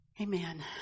Amen